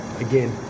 again